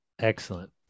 excellent